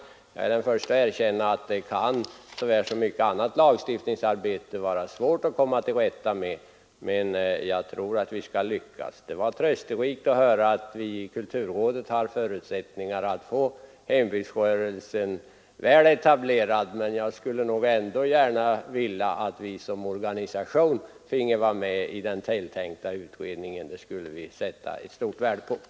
Jag är den förste att erkänna att det här, lika väl som mycket annat lagstiftningsarbete, kan vara svårt att komma till rätta med, men jag tror att vi skall lyckas. Det var trösterikt att höra att kulturrådet har förutsättningar att få hembygdsrörelsen väl etablerad, men jag skulle ändå gärna vilja att vi som organisation finge vara med i den tilltänkta utredningen. Det skulle vi sätta stort värde på.